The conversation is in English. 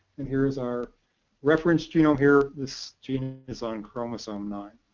and here is our reference genome here. this gene is on chromosome nine.